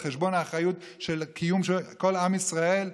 על חשבון האחריות של קיום כל עם ישראל,